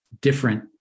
different